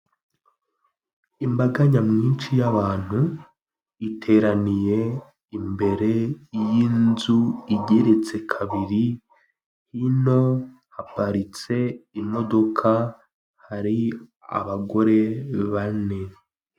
Imbaga nyamwinshi y'abantu iteraniye imbere y'inzu igereritse kabiri hino haparitse imodoka hari abagore bane.